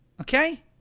okay